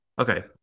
okay